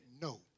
no